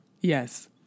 Yes